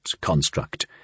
construct